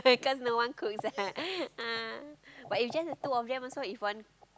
because no one cooks eh ah but if just the two of them also if one